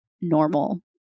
normal